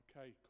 okay